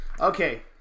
Okay